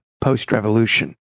post-revolution